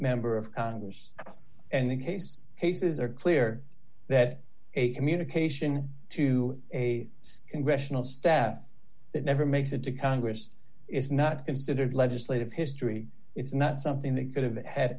member of congress and the case cases are clear that a communication to a congressional staff that never makes it to congress is not considered legislative history it's not something that could have had